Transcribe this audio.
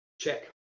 check